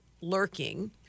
lurking